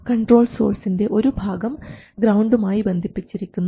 control സോഴ്സിൻറെ ഒരു ഭാഗം ഗ്രൌണ്ടുമായി ബന്ധിപ്പിച്ചിരിക്കുന്നു